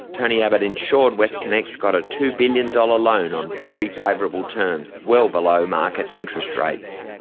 tony abbott ensured westconnex got a two billion dollars loan on very favourable terms, well below market interest rates.